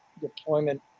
deployment